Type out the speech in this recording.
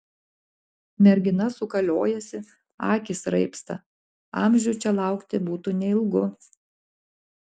mergina sukaliojasi akys raibsta amžių čia laukti būtų neilgu